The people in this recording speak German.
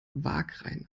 wagrain